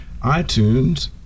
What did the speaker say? iTunes